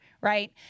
right